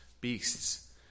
beasts